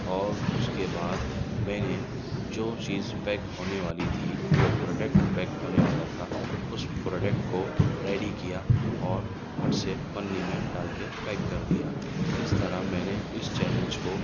اور اس کے بعد میں نے جو چیز پیک ہونے والی تھی جو پروڈکٹ پیک ہونے والا تھا اس پروڈکٹ کو ریڈی کیا اور فٹ سے پنی میں ڈال کے پیک کر دیا اس طرح میں نے اس چیلنج کو